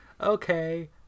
okay